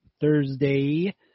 Thursday